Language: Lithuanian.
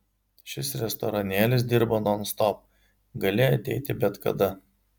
šis restoranėlis dirba nonstop gali ateiti bet kada